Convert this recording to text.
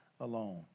alone